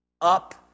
up